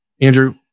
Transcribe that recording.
Andrew